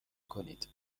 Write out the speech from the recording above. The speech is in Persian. کنید